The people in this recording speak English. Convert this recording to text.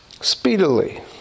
Speedily